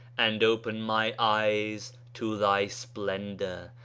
and open my eyes to thy splendour.